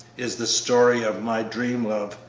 is the story of my dream-love,